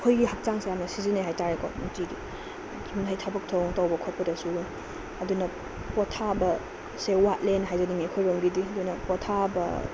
ꯑꯩꯈꯣꯏꯒꯤ ꯍꯛꯆꯥꯡꯁꯦ ꯌꯥꯝꯅ ꯁꯤꯖꯤꯟꯅꯩ ꯍꯥꯏꯇꯥꯔꯦꯀꯣ ꯅꯨꯡꯇꯤꯒꯤ ꯊꯕꯛ ꯊꯧꯑꯣꯡ ꯇꯧꯕ ꯈꯣꯠꯄꯗꯁꯨ ꯑꯗꯨꯅ ꯄꯣꯊꯥꯕꯁꯦ ꯋꯥꯠꯂꯦꯅ ꯍꯥꯏꯖꯅꯤꯡꯏ ꯑꯩꯈꯣꯏꯔꯣꯝꯒꯤꯗꯤ ꯑꯗꯨꯅ ꯄꯣꯊꯥꯕ